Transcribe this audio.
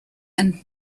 and